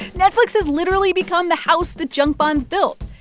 netflix has literally become the house that junk bonds built,